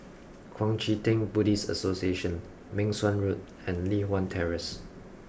Kuang Chee Tng Buddhist Association Meng Suan Road and Li Hwan Terrace